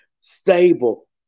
stable